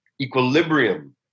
Equilibrium